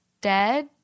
dead